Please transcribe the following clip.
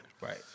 right